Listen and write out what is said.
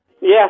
Yes